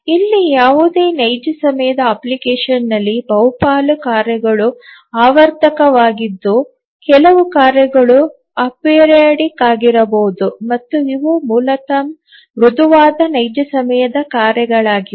ಇಲ್ಲಿ ಯಾವುದೇ ನೈಜ ಸಮಯದ ಅಪ್ಲಿಕೇಶನ್ನಲ್ಲಿ ಬಹುಪಾಲು ಕಾರ್ಯಗಳು ಆವರ್ತಕವಾಗಿದ್ದು ಕೆಲವು ಕಾರ್ಯಗಳು ಅಪೆರಿಯೋಡಿಕ್ ಆಗಿರಬಹುದು ಮತ್ತು ಇವು ಮೂಲತಃ ಮೃದುವಾದ ನೈಜ ಸಮಯದ ಕಾರ್ಯಗಳಾಗಿವೆ